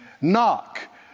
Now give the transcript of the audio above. Knock